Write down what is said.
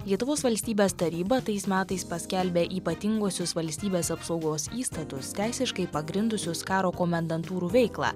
lietuvos valstybės taryba tais metais paskelbė ypatinguosius valstybės apsaugos įstatus teisiškai pagrindusius karo komendantūrų veiklą